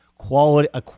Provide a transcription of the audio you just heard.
quality